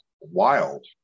wild